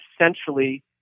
essentially